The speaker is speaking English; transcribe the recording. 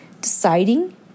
deciding